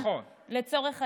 לצורך העניין,